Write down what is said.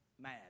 Mad